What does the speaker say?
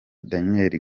daniel